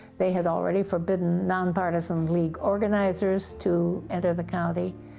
they had already forbidden nonpartisan league organizers to enter the county.